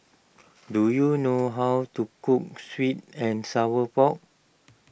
do you know how to cook Sweet and Sour Pork